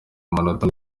amanota